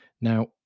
Now